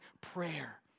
prayer